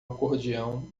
acordeão